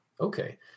Okay